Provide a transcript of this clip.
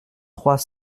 trois